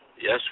Yes